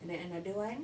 then another one